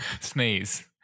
sneeze